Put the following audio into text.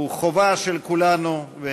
הוא חובה של כולנו,